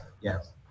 yes